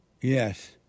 Yes